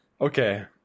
Okay